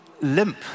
limp